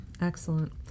Excellent